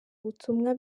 butumwa